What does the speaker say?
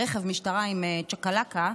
ברכב משטרה עם צ'קלקה,